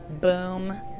boom